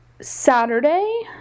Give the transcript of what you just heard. Saturday